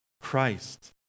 Christ